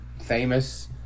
famous